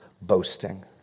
boasting